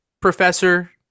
professor